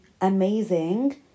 amazing